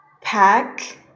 Pack